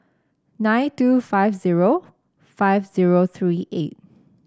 nine two five zero five zero three eight